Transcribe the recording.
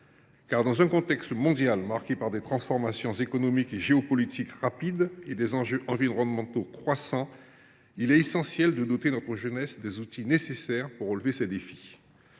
Dans un contexte mondial marqué par des transformations économiques et géopolitiques rapides ainsi que par des enjeux environnementaux croissants, il est essentiel de doter notre jeunesse des outils nécessaires pour relever ces défis.